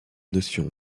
notion